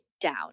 down